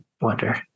Wonder